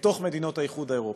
במדינות האיחוד האירופי.